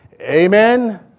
amen